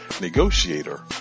negotiator